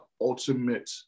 ultimate